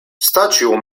staĉjo